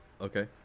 Okay